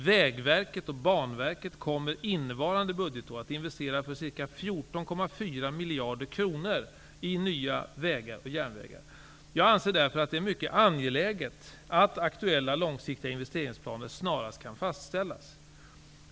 Vägverket och Banverket kommer innevarande budgetår att investera för ca 14,4 miljarder kronor i nya vägar och järnvägar. Jag anser därför att det är mycket angeläget att aktuella långsiktiga investeringsplaner snarast kan fastställas.